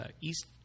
East